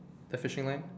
a fishing line